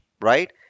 right